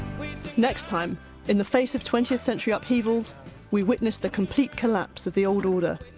next time in the face of twentieth century upheavals we witness the complete collapse of the old order,